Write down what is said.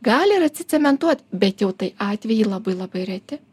gali ir atsicementuot bet jau tai atvejai labai labai reti